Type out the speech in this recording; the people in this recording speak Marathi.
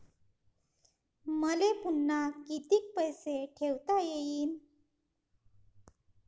मले पुन्हा कितीक पैसे ठेवता येईन?